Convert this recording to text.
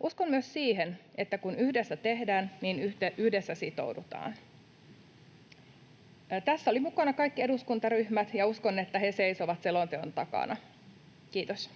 Uskon myös siihen, että kun yhdessä tehdään, niin yhdessä sitoudutaan. Tässä olivat mukana kaikki eduskuntaryhmät, ja uskon, että he seisovat selonteon takana. — Kiitos.